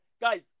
Guys